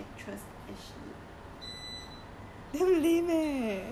I cause I like the actress ashley